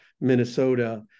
Minnesota